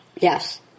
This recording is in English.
Yes